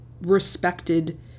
respected